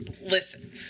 listen